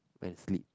and sleep